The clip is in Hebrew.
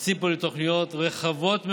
יוצאים פה לתוכניות רחבות מאוד,